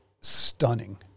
stunning